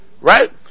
right